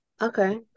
Okay